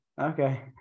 Okay